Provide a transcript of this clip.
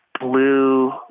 blue